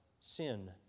sin